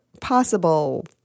possible